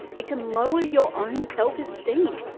it can lower your own self-esteem.